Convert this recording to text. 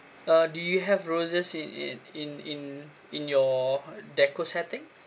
uh do you have roses in in in in in your deco settings